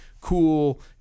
cool